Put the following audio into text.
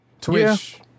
Twitch